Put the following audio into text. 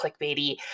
clickbaity